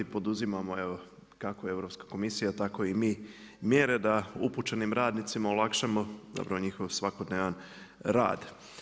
Poduzimamo evo kako Europska komisija tako i mi mjere da upućenim radnicima olakšamo zapravo njihov svakodnevan rad.